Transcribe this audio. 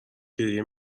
گریه